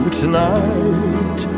tonight